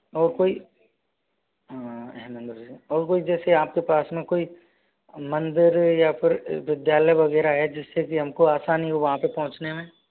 और कोई और कोई जैसे आपके पास में कोई मंदिर या फिर विद्यालय वगैरह है जिससे की हमको आसानी हो वहाँ पे पहुँचने में